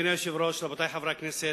אדוני היושב-ראש, רבותי חברי הכנסת,